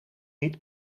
niet